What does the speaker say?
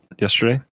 yesterday